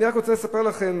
אני רק רוצה לספר לכם,